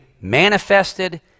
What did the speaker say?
manifested